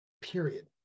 period